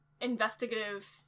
investigative